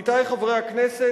עמיתי חברי הכנסת,